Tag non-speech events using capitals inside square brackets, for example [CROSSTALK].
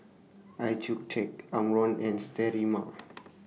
Accucheck Omron and Sterimar [NOISE]